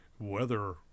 Weather